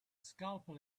scalpel